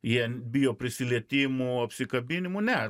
jie bijo prisilietimų apsikabinimų ne